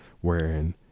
wherein